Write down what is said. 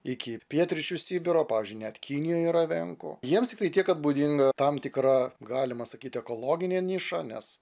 iki pietryčių sibiro pavyzdžiui net kinijoje yra evenkų jiems tiktai tiek kad būdinga tam tikra galima sakyti ekologinė niša nes